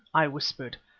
i whispered,